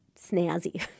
snazzy